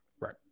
Right